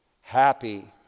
Happy